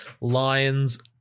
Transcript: Lions